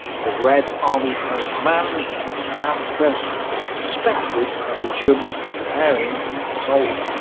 the red army high command the stavka suspected that the germans were preparing an assault,